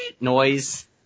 noise